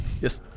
yes